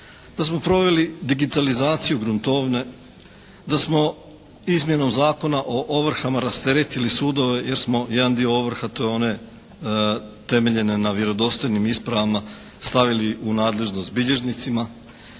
da smo proveli digitalizaciju gruntovne, da smo izmjenom Zakona o ovrhama rasteretili sudove jer smo jedan dio ovrha i to one temeljene na vjerodostojnim ispravama stavili u nadležnost bilježnicima.